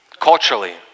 culturally